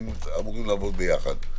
אתם אמורים לעבוד יחד.